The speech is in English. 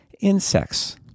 Insects